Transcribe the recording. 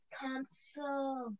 console